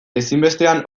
ezinbestean